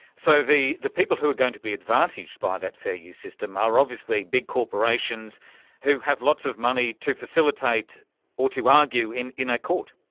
so the the people who are going to be advantaged by that fair use system are obviously big corporations who have lots of money to facilitate or to argue in in a court.